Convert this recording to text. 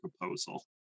proposal